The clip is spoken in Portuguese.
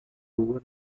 rua